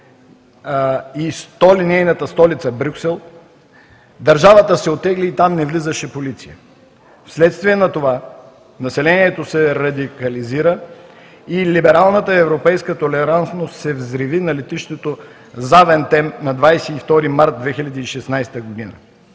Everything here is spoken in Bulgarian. и нейната столица Брюксел, държавата се оттегли и там не влизаше полиция. Вследствие на това населението се радикализира и либералната европейска толерантност се взриви на летището „Завентем“ на 22 март 2016 г.